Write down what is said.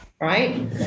Right